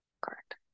Correct